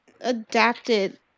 adapted